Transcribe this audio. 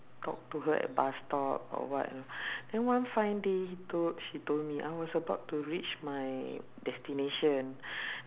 talk to her at bus stop or what you know then one fine day he told she told me I was about to reach my destination